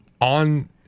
on